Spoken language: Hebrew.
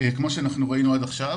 כמו שראינו עד עכשיו,